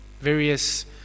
various